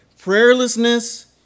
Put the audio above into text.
Prayerlessness